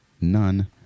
none